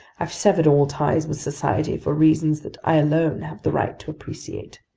i've severed all ties with society, for reasons that i alone have the right to appreciate.